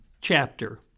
chapter